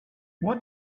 what